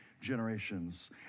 generations